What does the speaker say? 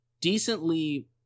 decently